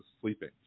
sleeping